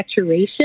saturation